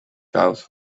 goes